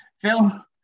Phil